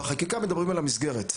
בחקיקה מדברים על המסגרת.